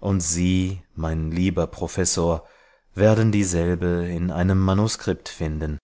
und sie mein lieber professor werden dieselbe in einem manuskript finden